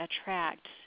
attract